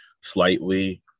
slightly